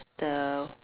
the